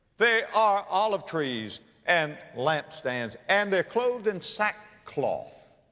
they are olive trees and lampstands. and they're clothed in sackcloth.